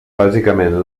bàsicament